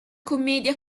commedia